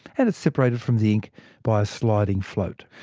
and is separated from the ink by a sliding float.